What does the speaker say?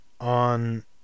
on